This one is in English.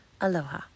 Aloha